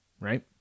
Right